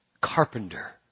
carpenter